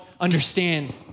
understand